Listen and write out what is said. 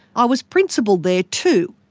i was principal there too,